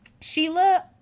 Sheila